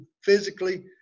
physically